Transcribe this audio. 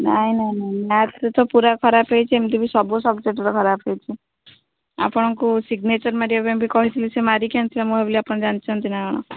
ନାହିଁ ନାହିଁ ନାହିଁ ମ୍ୟାଥ୍ରେ ତ ପୁରା ଖରାପ ହେଇଛି ଏମିତି ବି ସବୁ ସବଜେକ୍ଟରେ ଖରାପ ହେଇଛି ଆପଣଙ୍କୁ ସିଗନେଚର୍ ମାରିବା ପାଇଁ ବି କହିଥିଲି ସେ ମାରିକି ଆଣିଥିଲା ମୁଁ ଭାବିଲି ଆପଣ ଜାଣିଛନ୍ତି ନା କ'ଣ